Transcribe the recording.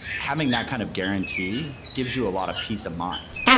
having that kind of guarantee gives you a lot of peace of mind.